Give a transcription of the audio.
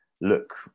look